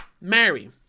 mary